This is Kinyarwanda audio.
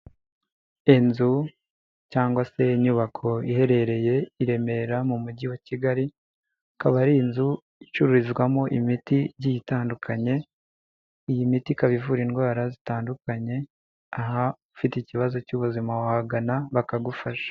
Inzu cyangwa se inyubako iherereye i Remera mu Mujyi wa Kigali, akaba ari inzu icururizwamo imiti igiyie itandukanye, iyi miti ikaba ivura indwara zitandukanye, aha ufite ikibazo cy'ubuzima wahagana bakagufasha.